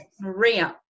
Maria